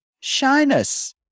shyness